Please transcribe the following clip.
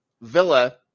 Villa